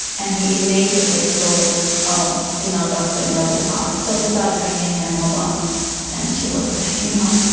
and he immediately thought oh, female doctor in noble park, so he started ringing her mobile and she wasn't picking up.